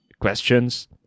questions